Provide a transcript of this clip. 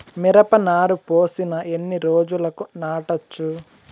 మిరప నారు పోసిన ఎన్ని రోజులకు నాటచ్చు?